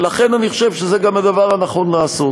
ולכן אני חושב שזה גם הדבר הנכון לעשות.